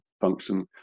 function